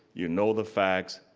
you know the facts,